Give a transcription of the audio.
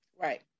Right